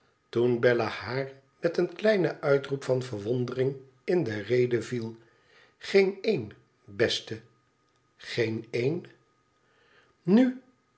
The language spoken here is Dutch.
toen bella haar met een kleinen uitroep van verwondering in de rede viel geen een beste geen een nu